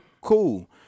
cool